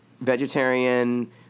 vegetarian